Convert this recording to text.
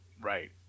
Right